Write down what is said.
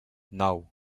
nou